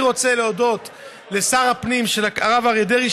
אני רוצה להודות לשר הפנים הרב אריה דרעי,